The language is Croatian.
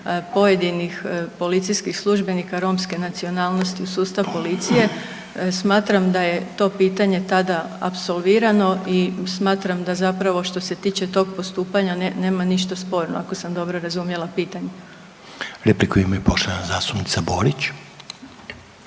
pojedinih policijskih službenika romske nacionalnost sustav policije, smatram da je to pitanje tada apsolvirano i smatram da zapravo što se tiče tog postupanja, nema ništa sporno ako sam dobro razumjela pitanje. **Reiner, Željko